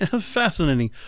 fascinating